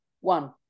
one